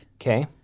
Okay